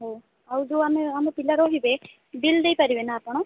ହଉ ଆଉ ଯେଉଁ ଆମେ ଆମ ପିଲା ରହିବେ ବିଲ୍ ଦେଇପାରିବେ ନା ଆପଣ